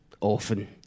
often